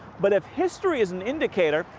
but if history is an indicator,